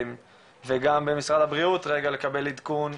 וגם ממשרד הבריאות לקבל עדכון,